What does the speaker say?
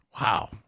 Wow